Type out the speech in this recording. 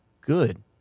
good